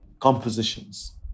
compositions